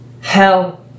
hell